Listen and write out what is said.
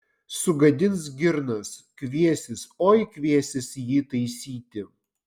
sugadins girnas kviesis oi kviesis jį taisyti